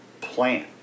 plan